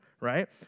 Right